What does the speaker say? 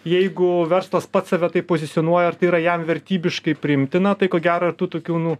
jeigu verslas pats save taip pozicionuoja ir tai yra jam vertybiškai priimtina tai ko gero tų tokių nu